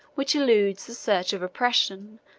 which eludes the search of oppression,